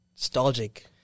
nostalgic